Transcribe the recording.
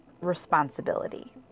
responsibility